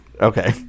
Okay